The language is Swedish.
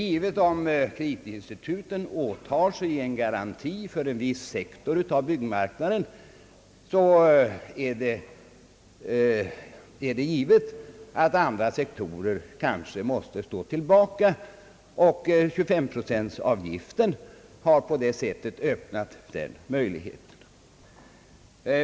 Det är givet att om kreditinstituten åtar sig garanti för en viss sektor av byggmarknaden, måste andra hållas tillbaka, och den 25-procentiga avgiften har gjort detta möjligt.